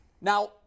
Now